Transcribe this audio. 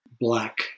black